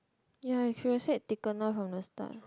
ya you should have set thickener from the start